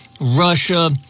Russia